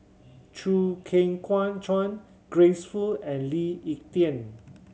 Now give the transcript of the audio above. Chew Kheng Chuan Grace Fu and Lee Ek Tieng